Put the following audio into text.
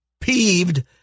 peeved